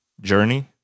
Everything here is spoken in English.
journey